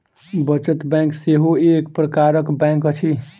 बचत बैंक सेहो एक प्रकारक बैंक अछि